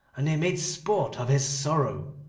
and they made sport of his sorrow.